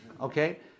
okay